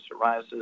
psoriasis